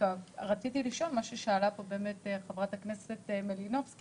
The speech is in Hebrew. רציתי פה לשאול מה ששאלה פה חברת הכנסת מלינובסקי,